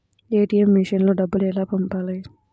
ATM మెషిన్లో డబ్బులు ఎలా పంపాలి?